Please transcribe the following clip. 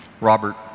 Robert